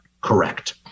correct